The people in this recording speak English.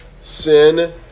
Sin